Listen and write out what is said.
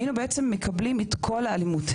היינו בעצם מקבלים את כל האלימות,